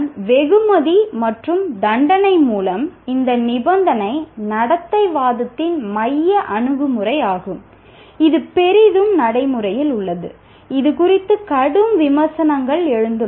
வெகுமதி மற்றும் தண்டனை மூலம் இந்த நிபந்தனை நடத்தைவாதத்தின் மைய அணுகுமுறையாகும் இது பெரிதும் நடைமுறையில் உள்ளது இது குறித்து கடும் விமர்சனங்கள் எழுந்துள்ளன